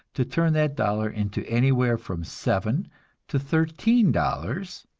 to turn that dollar into anywhere from seven to thirteen dollars,